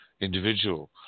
individual